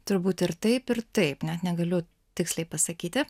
turbūt ir taip ir taip net negaliu tiksliai pasakyti